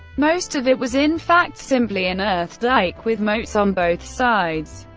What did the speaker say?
most of it was in fact simply an earth dike with moats on both sides.